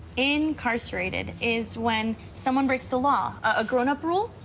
incarcerated is when someone breaks the law, a grown up rule,